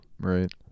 Right